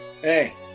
Hey